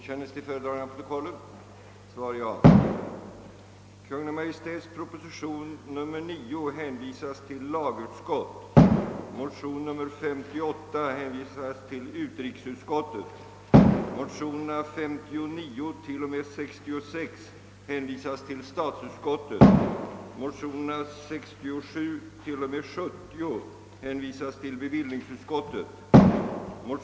Herr talman! Enligt gällande bestämmelser i semesterlagen kvalificerar 15 arbetsdagar per månad till två semesterdagar och 8 arbetsdagar till en semesterdag.